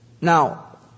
Now